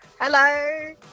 Hello